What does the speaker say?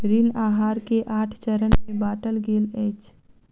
ऋण आहार के आठ चरण में बाटल गेल अछि